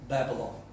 Babylon